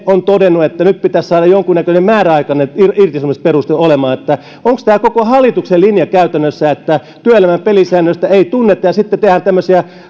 on todennut että nyt pitäisi saada jonkunnäköinen määräaikainen irtisanomisperuste onko tämä koko hallituksen linja käytännössä että työelämän pelisääntöjä ei tunneta ja sitten tehdään tämmöisiä